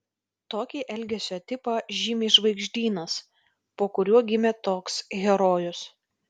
tokį elgesio tipą žymi žvaigždynas po kuriuo gimė toks herojus